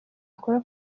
akora